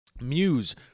muse